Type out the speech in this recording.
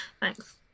thanks